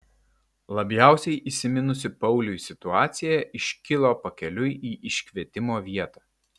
labiausiai įsiminusi pauliui situacija iškilo pakeliui į iškvietimo vietą